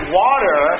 water